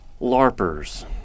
LARPers